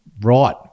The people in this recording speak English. Right